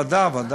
ועדה, ועדה.